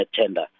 tender